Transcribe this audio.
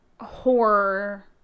horror